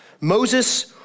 Moses